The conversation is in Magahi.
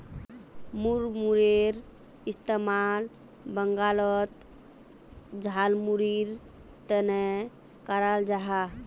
मुड़मुड़ेर इस्तेमाल बंगालोत झालमुढ़ीर तने कराल जाहा